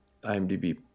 IMDb